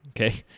Okay